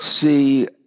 see